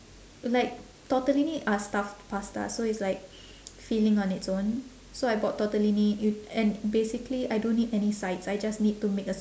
like tortellini are stuffed pasta so it's like filling on its own so I bought tortellini you and basically I don't need any sides I just need to make a